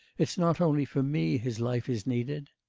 it's not only for me his life is needed!